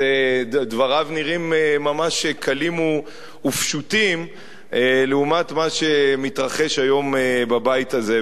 דבריו נראים ממש קלים ופשוטים לעומת מה שמתרחש היום בבית הזה.